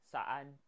Saan